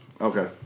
Okay